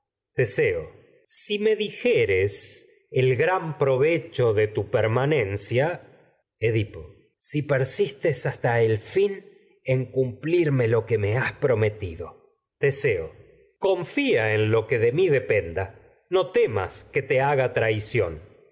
teseo si manencia me dijeres el gran provecho de tu per edipo si persistes hasta el fin en cumplirme lo que me has prometido teseo confia en lo que de mi dependa no temas que te haga traición